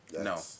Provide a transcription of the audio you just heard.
No